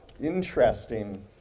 interesting